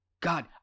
God